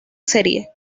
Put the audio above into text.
serie